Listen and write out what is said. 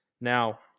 Now